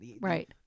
right